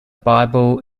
bible